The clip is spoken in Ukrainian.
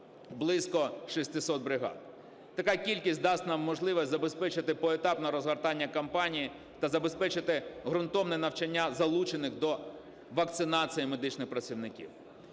близько 600 бригад. Така кількість дасть нам можливість забезпечити поетапне розгортання кампанії та забезпечити ґрунтовне навчання залучених до вакцинації медичних працівників.